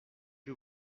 que